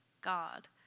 God